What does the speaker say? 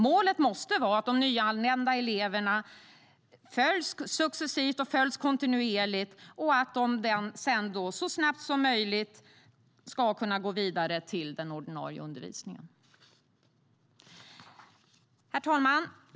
Målet måste vara att de nyanlända eleverna följs successivt och kontinuerligt och att de sedan så snabbt som möjligt ska kunna gå vidare till den ordinarie undervisningen. Herr talman!